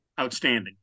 outstanding